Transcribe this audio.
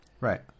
Right